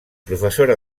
professora